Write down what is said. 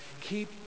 keep